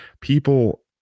people